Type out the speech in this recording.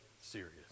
serious